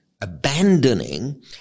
abandoning